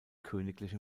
königliche